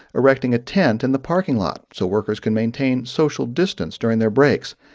erecting a tent in the parking lot so workers can maintain social distance during their breaks.